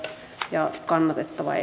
ja kannatettava